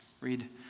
Read